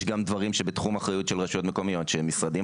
יש דברים בתחום האחריות של רשויות מקומיות שהם תחת משרדים